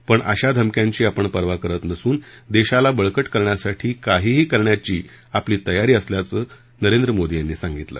पण अशा धमक्यांची आपण पर्वा करत नसून देशाला बळकट करण्यासाठी काहीही करण्याची आपली तयारी असल्याचं नरेंद्र मोदी यांनी सांगितलं